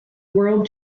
world